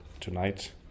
tonight